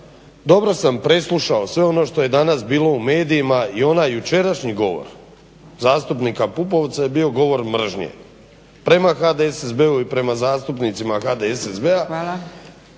Dobro sam preslušao sve ono što je danas bilo u medijima i onaj jučerašnji govor zastupnika Pupovca je bio govor mržnje prema HDSSB-u i prema zastupnicima HDSSB-a,